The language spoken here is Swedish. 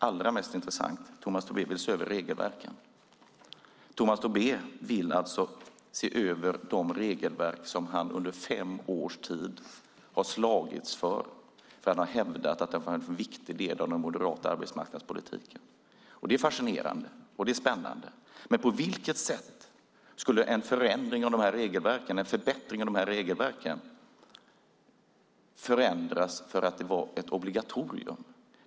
Allra mest intressant är att Tomas Tobé vill se över de regelverk som han under fem års tid har slagits för och hävdat att de är en viktig del av den moderata arbetsmarknadspolitiken. Det är fascinerande och spännande. Men på vilket sätt skulle regelverken förändras och förbättras av ett obligatorium?